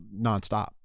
nonstop